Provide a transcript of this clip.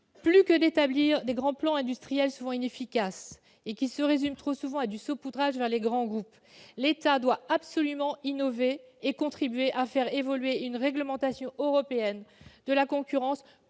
Plutôt que d'établir de grands plans industriels souvent inefficaces et qui se résument trop fréquemment à du saupoudrage vers les grands groupes, l'État doit absolument innover et contribuer à faire évoluer la réglementation européenne de la concurrence.